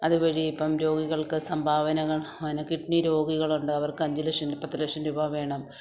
അതുവഴി ഇപ്പോള് രോഗികൾക്ക് സംഭാവനകൾ അങ്ങനെ കിഡ്നി രോഗികളുണ്ട് അവർക്ക് അഞ്ച് ലക്ഷം പത്ത് ലക്ഷം രൂപ വേണം